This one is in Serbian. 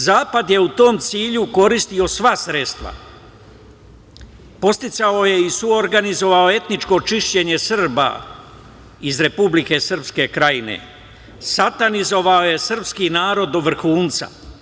Zapad je u tom cilju koristio sva sredstva, podsticao je i suorganizovao je etničko čišćenje Srba iz Republike Srpske Krajine, satanizovao je srpski narod do vrhunca.